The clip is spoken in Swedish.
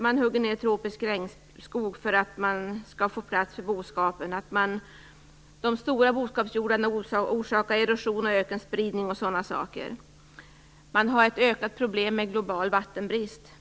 Man hugger ned tropisk regnskog för att få plats för boskapen. De stora boskapshjordarna orsakar erosion, ökenspridning och sådana saker. Man har ett ökat problem med global vattenbrist.